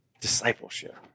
Discipleship